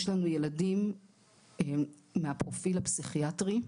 יש לנו ילדים מהפרופיל הפסיכיאטרי,